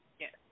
Yes